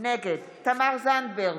נגד תמר זנדברג,